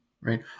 right